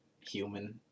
human